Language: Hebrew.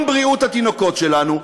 גם בריאות התינוקות שלנו,